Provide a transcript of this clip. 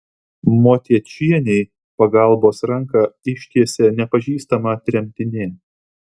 motiečienei pagalbos ranką ištiesė nepažįstama tremtinė